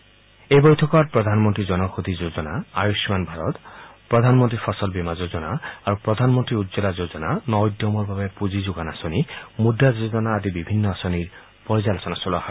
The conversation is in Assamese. আজিৰ এই বৈঠকত প্ৰধানমন্ত্ৰী জনঔষধী যোজনা আয়ুস্মান ভাৰত প্ৰধানমন্ত্ৰী ফচল বীমা যোজনা আৰু প্ৰধানমন্ত্ৰী উজ্জলা যোজনা ন উদ্যমৰ বাবে পুঁজি যোগান আঁচনি মুদ্ৰা যোজনা আদি বিভিন্ন আঁচনিৰ পৰ্যালোচনা চলোৱা হয়